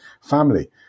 family